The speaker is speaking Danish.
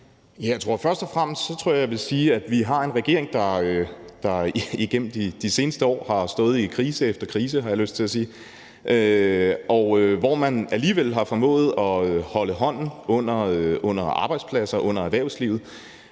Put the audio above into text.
Jeg tror først og fremmest, at jeg vil sige, at vi har en regering, der igennem de seneste år har stået i krise efter krise – har jeg lyst til at sige – hvor man alligevel har formået at holde hånden under arbejdspladser, under erhvervslivet,